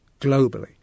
globally